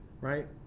right